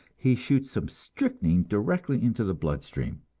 he shoots some strychnine directly into the blood-stream.